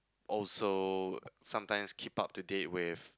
also sometimes keep up to date with